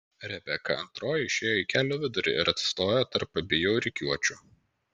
rebeka antroji išėjo į kelio vidurį ir atsistojo tarp abiejų rikiuočių